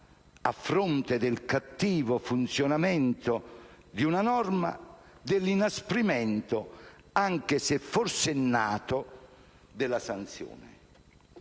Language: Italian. a fronte del cattivo funzionamento di una norma, dell'inasprimento, anche se forsennato, della sanzione.